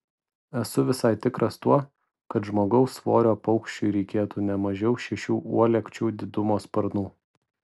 esu visai tikras tuo kad žmogaus svorio paukščiui reikėtų ne mažiau šešių uolekčių didumo sparnų